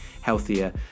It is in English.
healthier